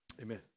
Amen